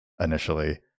initially